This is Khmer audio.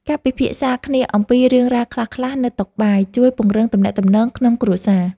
ការពិភាក្សាគ្នាអំពីរឿងរ៉ាវខ្លីៗនៅតុបាយ ជួយពង្រឹងទំនាក់ទំនងក្នុងគ្រួសារ។